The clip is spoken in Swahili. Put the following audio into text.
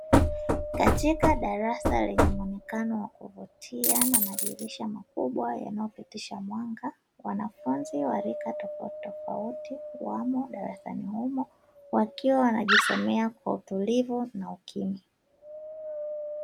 Katika darasa lenye muonekano wa kuvutia na madirisha makubwa yanayopitisha mwanga, wanafunzi wa rika tofautitofauti wamo darasani humo, wakiwa wanajisomea kwa utulivu na ukimya.